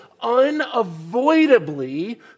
unavoidably